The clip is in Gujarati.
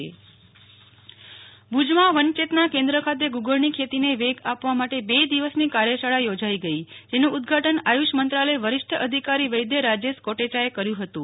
નેહલ ઠક્કર કચ્છમાં ગુગળની ખેતી ભુજમાં વન ચેતનાં કેન્દ્ર ખાતે ગુગળની ખેતીને વેગ આપવા માો બે દિવસની કાર્યશાળા યોજાઈ ગઈ જેનું ઉદ્વા ન આયુષ મંત્રાલય વરીષ્ઠ અધિકારી વૈધ રાજેશ કોોચાએ કર્યું હતું